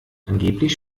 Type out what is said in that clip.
angeblich